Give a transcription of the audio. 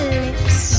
lips